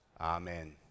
Amen